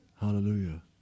Hallelujah